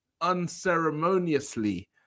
unceremoniously